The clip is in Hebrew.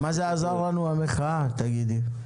מה זה עזר לנו המחאה, תגידי.